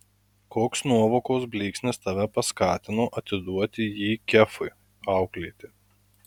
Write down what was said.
koks nuovokos blyksnis tave paskatino atiduoti jį kefui auklėti